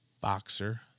boxer